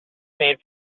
made